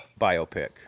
biopic